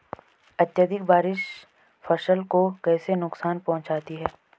अत्यधिक बारिश फसल को कैसे नुकसान पहुंचाती है?